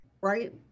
right